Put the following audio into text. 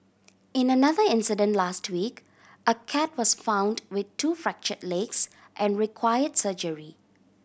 in another incident last week a cat was found with two fracture legs and require surgery